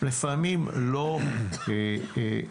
לפעמים לא פופולריות,